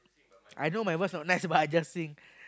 my know my voice not nice but I just sing